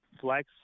flex